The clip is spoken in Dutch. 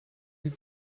niet